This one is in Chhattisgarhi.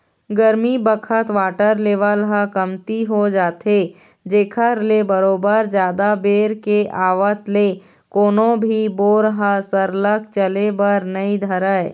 गरमी बखत वाटर लेवल ह कमती हो जाथे जेखर ले बरोबर जादा बेर के आवत ले कोनो भी बोर ह सरलग चले बर नइ धरय